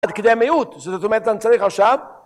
עד כדי מיעוט, זאת אומרת אני צריך עכשיו,